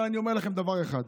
אבל אני אומר לכם דבר אחד: